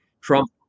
Trump